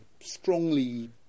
strongly